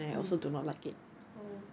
mm oh